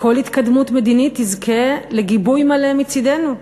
שכל התקדמות מדינית תזכה לגיבוי מלא מצדה.